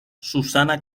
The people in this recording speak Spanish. susana